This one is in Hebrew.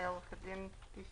עו"ד טיש